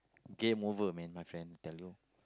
game over man my friend tell you